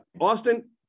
austin